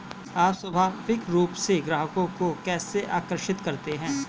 आप स्वाभाविक रूप से ग्राहकों को कैसे आकर्षित करते हैं?